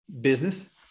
business